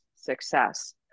success